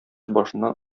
башыннан